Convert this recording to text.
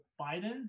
Biden